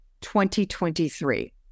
2023